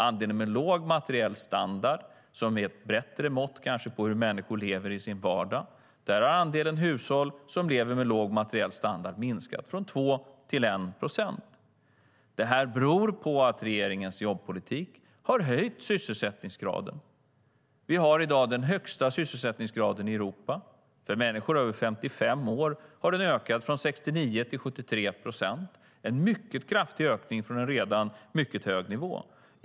Andelen hushåll med låg materiell standard, vilket kanske är ett bättre mått på hur människor lever i sin vardag, har minskat från 2 till 1 procent. Detta beror på att regeringens jobbpolitik har höjt sysselsättningsgraden. Vi har i dag den högsta sysselsättningsgraden i Europa. För människor över 55 år har den ökat från 69 till 73 procent. Det är en mycket kraftig ökning från en redan mycket hög nivå.